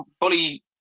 fully